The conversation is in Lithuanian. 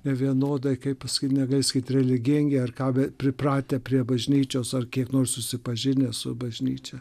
nevienodai kaip pasakyt negali sakyt religingi ar ką bet pripratę prie bažnyčios ar kiek nors susipažinę su bažnyčia